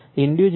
હવે Indus e